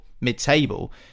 mid-table